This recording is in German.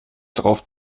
drauf